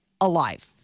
alive